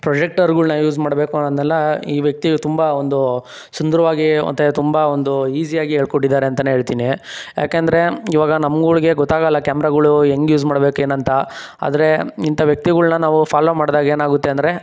ಪ್ರೊಜೆಕ್ಟರ್ಗಳನ್ನ use ಮಾಡಬೇಕು ಅನೋದನ್ನೆಲ್ಲ ಈ ವ್ಯಕ್ತಿ ತುಂಬ ಒಂದು ಸುಂದರವಾಗಿ ಮತ್ತು ತುಂಬ ಒಂದು ಈಝಿಯಾಗಿ ಹೇಳ್ಕೊಟ್ಟಿದ್ದಾರೆ ಅಂತಲೇ ಹೇಳ್ತೀನಿ ಯಾಕೆಂದರೆ ಇವಾಗ ನಮ್ಮಗಳಿಗೆ ಗೊತ್ತಾಗೋಲ್ಲ ಕ್ಯಾಮ್ರಗಳು ಹೆಂಗೆ ಯೂಸ್ ಮಾಡಬೇಕು ಏನು ಅಂತ ಆದರೆ ಇಂಥ ವ್ಯಕ್ತಿಗಳನ್ನ ನಾವು ಫಾಲೋ ಮಾಡಿದಾಗ ಏನು ಆಗುತ್ತೆ ಅಂದರೆ